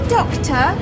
doctor